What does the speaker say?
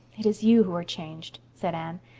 it is you who are changed, said anne.